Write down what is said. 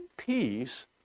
Peace